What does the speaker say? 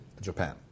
Japan